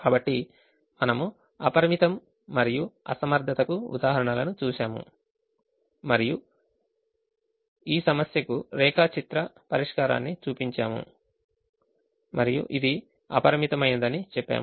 కాబట్టి మనము అపరిమితం మరియు అసమర్థతకు ఉదాహరణలను చూశాము మరియు మనము ఈ సమస్యకు రేఖాచిత్ర పరిష్కారాన్నిచూపించాము మరియు ఇది అపరిమితమైనదని చెప్పాము